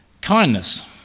Kindness